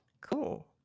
Cool